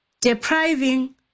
depriving